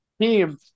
team